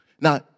Now